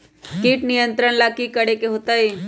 किट नियंत्रण ला कि करे के होतइ?